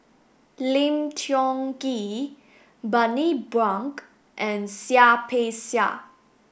Lim Tiong Ghee Bani Buang and Seah Peck Seah